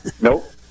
Nope